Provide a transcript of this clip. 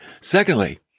Secondly